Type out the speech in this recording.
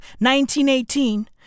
1918